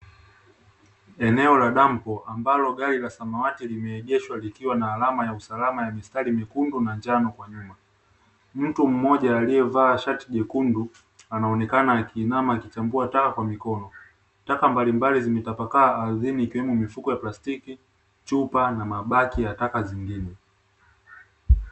Eneo la dampo ambalo gari la samawati limeegeshwa likiwa na alama ya usalama ya mistari mekundu na njano kwa nyuma. Mtu mmoja aliyevaa shati jekundu anaonekana akiinama akichambua taka kwa mikono. Taka mbalimbali zimetapakaa ardhini ikiwemo: mifuko ya plastiki, chupa na mabaki ya taka zingine.